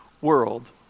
world